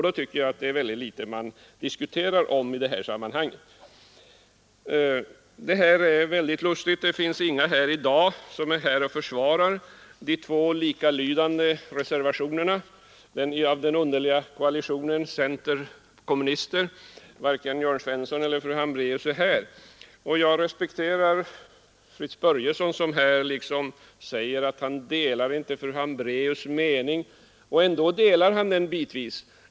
Då tycker jag att det är mycket litet som man i dag behöver diskutera i detta sammanhang. Det finns ingen här i dag som försvarar de två i yrkandet likalydande reservationerna av den underliga koalitionen center-kommunister. Varken Jörn Svensson eller fru Hambraeus är här. Jag respekterar Fritz Börjesson, som säger att han inte delar fru Hambraeus” mening. Ändå delar han den bitvis.